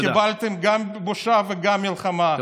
קיבלתם גם בושה וגם מלחמה.